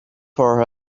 for